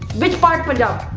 which part punjab?